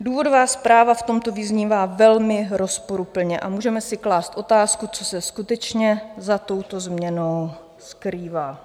Důvodová zpráva v tomto vyznívá velmi rozporuplně a můžeme si klást otázku, co se skutečně za touto změnou skrývá.